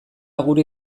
gure